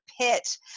pit